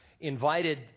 invited